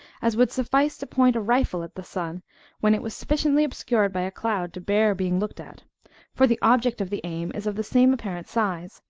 as would suffice to point a rifle at the sun when it was sufficiently obscured by a cloud to bear being looked at for the object of the aim is of the same apparent size,